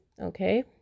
okay